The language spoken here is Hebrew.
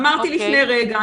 אמרתי לפני רגע,